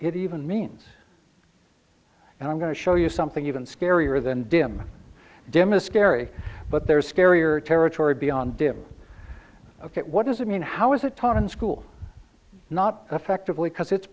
it even means and i'm going to show you something even scarier than dim demist scary but there's scarier territory beyond him what does it mean how is it taught in school not effectively because it's